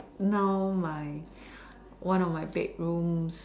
now my one of my bedrooms